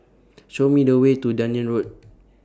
Show Me The Way to Dunearn Road